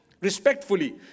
Respectfully